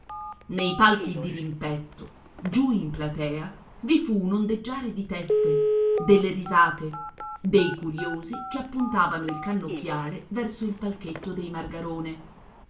nei palchi dirimpetto giù in platea vi fu un ondeggiare di teste delle risate dei curiosi che appuntavano il cannocchiale verso il palchetto dei margarone